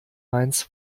mainz